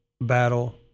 battle